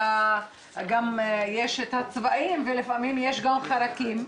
גם יש את הצבעים ולפעמים יש גם חרקים.